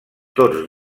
tots